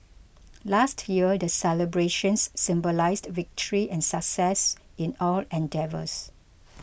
last year the celebrations symbolised victory and success in all endeavours